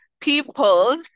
people